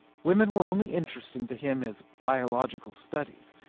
women were only interesting to him as biological studies.